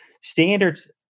Standards